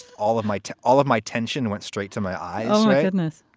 all of my to all of my tension went straight to my eyes. my goodness.